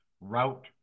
route